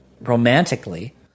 romantically